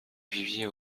vivier